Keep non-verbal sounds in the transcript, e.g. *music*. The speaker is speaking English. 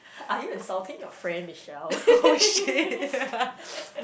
are you insulting your friend Michelle *laughs*